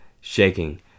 Shaking